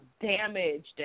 damaged